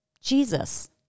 Jesus